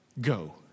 go